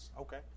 Okay